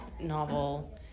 novel